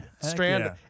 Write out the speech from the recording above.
Strand